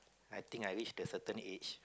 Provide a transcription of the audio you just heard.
I think I reached a certain age